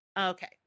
okay